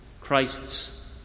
Christ's